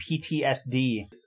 PTSD